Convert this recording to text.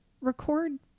record